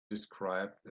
described